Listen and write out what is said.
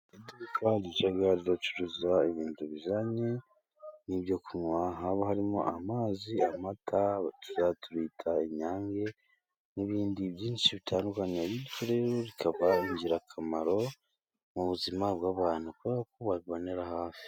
Iduka rijya ricuruza ibintu bijyanye n'ibyo kunywa, haba harimo amazi, amata tujya twita inyange, n'ibindi byinshi bitandukanye, bityo rero, bikaba ingirakamaro mu buzima bw'abantu, kuko babibonera hafi.